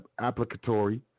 applicatory